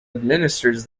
administers